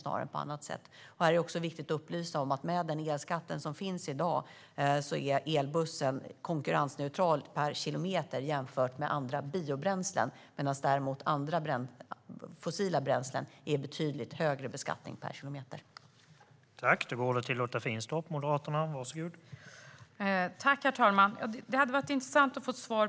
Här är det viktigt att upplysa om att med den elskatt som finns i dag är elbussen konkurrensneutral per kilometer jämfört med bussar som drivs med andra biobränslen, medan det är betydligt högre beskattning per kilometer på bussar som drivs med fossila bränslen.